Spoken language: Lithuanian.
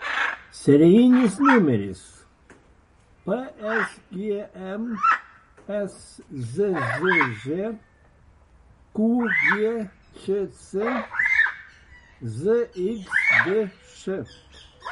serijinis numeris psgm szzž qgčc zxdš